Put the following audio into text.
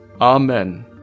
Amen